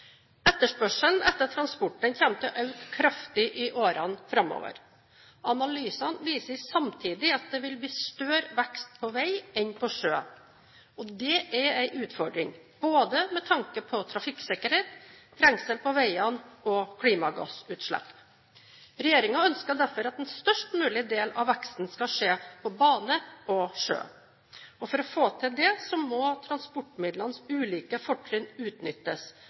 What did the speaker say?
Etterspørselen etter transport kommer til å øke kraftig i årene framover. Analysene viser samtidig at det vil bli større vekst på vei enn på sjø. Dette er en utfordring, både med tanke på trafikksikkerhet, trengsel på veiene og klimagassutslipp. Regjeringen ønsker derfor at en størst mulig del av veksten skal skje på bane og sjø. For å få til dette må transportmidlenes ulike fortrinn utnyttes,